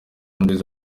nziza